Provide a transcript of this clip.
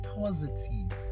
positive